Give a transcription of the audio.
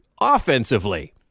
offensively